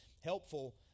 helpful